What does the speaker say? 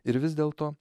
ir vis dėlto